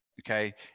okay